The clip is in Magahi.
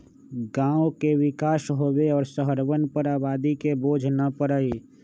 गांव के विकास होवे और शहरवन पर आबादी के बोझ न पड़ई